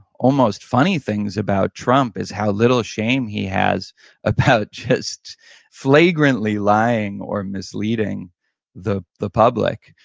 almost funny things about trump is how little shame he has about just flagrantly lying, or misleading the the public.